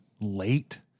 late